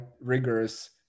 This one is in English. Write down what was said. rigorous